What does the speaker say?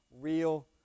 real